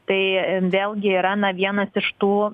tai vėlgi yra na vienas iš tų